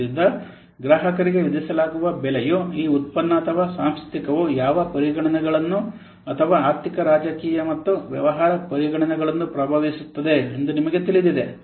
ಆದ್ದರಿಂದ ಗ್ರಾಹಕರಿಗೆ ವಿಧಿಸಲಾಗುವ ಬೆಲೆಯು ಈ ಉತ್ಪನ್ನ ಅಥವಾ ಸಾಂಸ್ಥಿಕವು ಯಾವ ಪರಿಗಣನೆಗಳು ಅಥವಾ ಆರ್ಥಿಕ ರಾಜಕೀಯ ಮತ್ತು ವ್ಯವಹಾರ ಪರಿಗಣನೆಗಳನ್ನು ಪ್ರಭಾವಿಸುತ್ತದೆ ಎಂದು ನಿಮಗೆ ತಿಳಿದಿದೆ